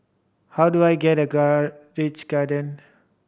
how do I get Grange Garden